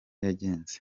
yagenze